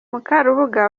mukarubuga